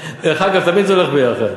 דרך אגב, תמיד זה הולך ביחד.